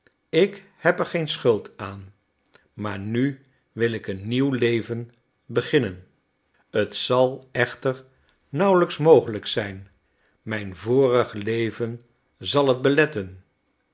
ik heb er geen schuld aan maar nu wil ik een nieuw leven beginnen t zal echter nauwelijks mogelijk zijn mijn vorig leven zal het beletten